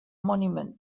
monument